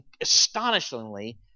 astonishingly